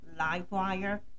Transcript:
Livewire